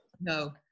No